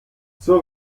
zur